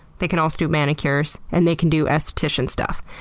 they can also do manicures. and they can do esthetician stuff.